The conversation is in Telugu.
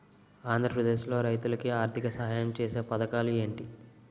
ఆంధ్రప్రదేశ్ లో రైతులు కి ఆర్థిక సాయం ఛేసే పథకాలు ఏంటి?